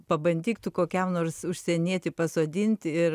pabandyk tu kokiam nors užsienietį pasodinti ir